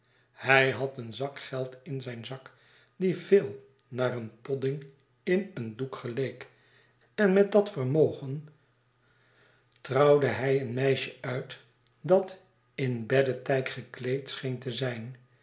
hij had een zak geld in zijn zak die veel naar een podding in een dbekgeleek en met datvermogen trouwde hij een meisje uit dat in beddetijk gekleed scheen te zijn